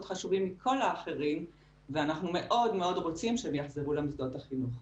חשובים מכל האחרים ואנחנו מאוד מאוד רוצים שהם יחזרו למוסדות החינוך,